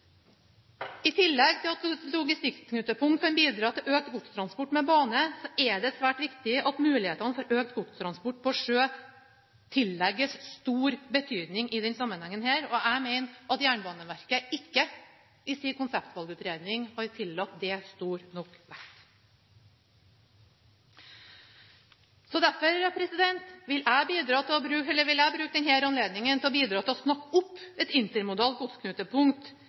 i Trøndelag. I tillegg til at logistikknutepunkt kan bidra til å øke godstransport med bane, er det svært viktig at mulighetene for økt godstransport på sjø tillegges stor betydning i denne sammenhengen, og jeg mener at Jernbaneverket i sin konseptvalgutredning ikke har tillagt det stor nok vekt. Derfor vil jeg bruke denne anledningen til å bidra til å snakke opp et intermodalt godsknutepunkt